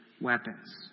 weapons